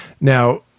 Now